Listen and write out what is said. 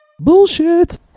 Bullshit